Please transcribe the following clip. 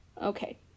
Okay